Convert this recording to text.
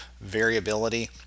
variability